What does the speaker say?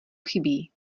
chybí